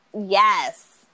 yes